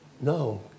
No